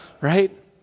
right